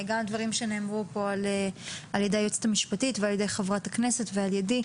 גם הדברים שנאמרו פה על ידי היועצת המשפטית ועל ידי חברת הכנסת ועל ידי.